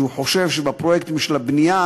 שחושב שבפרויקטים של הבנייה,